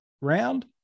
round